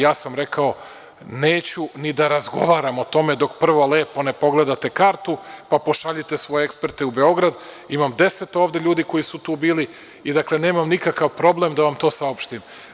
Ja sam rekao da neću ni da razgovaram o tome dok prvo lepo ne pogledate kartu, pa pošaljite svoje eksperte u Beograd, imam 10 ovde ljudi koji su tu bili i, dakle, nemam nikakav problem da vam to saopštim.